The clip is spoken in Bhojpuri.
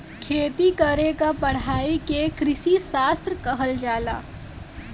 खेती करे क पढ़ाई के कृषिशास्त्र कहल जाला